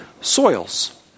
soils